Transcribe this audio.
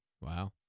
wow